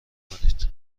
کنید